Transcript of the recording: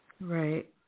Right